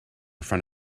front